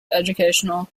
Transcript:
educational